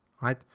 right